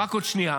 רק עוד שנייה.